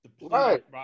Right